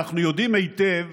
אנחנו יודעים היטב